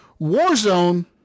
Warzone